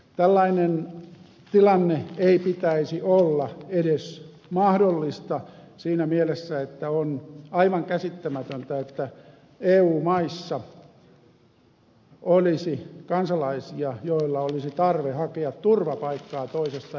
tällaisen tilanteen ei pitäisi olla edes mahdollinen siinä mielessä että on aivan käsittämätöntä että eu maissa olisi kansalaisia joilla olisi tarve hakea turvapaikkaa toisesta eu maasta